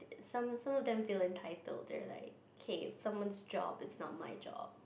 some some of them feel entitled they're like K someone's job it's not my job